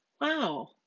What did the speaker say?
wow